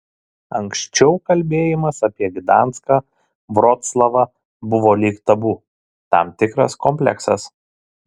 anksčiau kalbėjimas apie gdanską vroclavą buvo lyg tabu tam tikras kompleksas